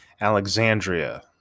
Alexandria